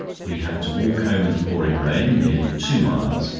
we had to walk home in the pouring rain, nearly two miles,